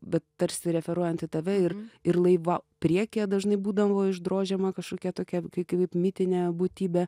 bet tarsi referuojant į tave ir ir laivo priekyje dažnai būdavo išdrožiama kažkokia tokia kaip mitinė būtybė